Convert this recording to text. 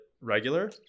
regular